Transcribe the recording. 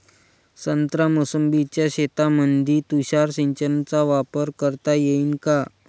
संत्रा मोसंबीच्या शेतामंदी तुषार सिंचनचा वापर करता येईन का?